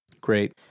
great